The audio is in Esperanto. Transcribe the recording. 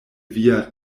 via